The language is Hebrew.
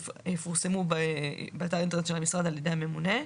ויפורסמו באתר האינטרנט של המשרד על ידי הממונה.